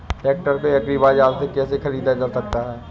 Tractor को agri बाजार से कैसे ख़रीदा जा सकता हैं?